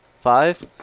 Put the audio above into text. Five